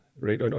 right